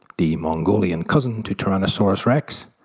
the mongolian cousin to tyrannosaurus rex,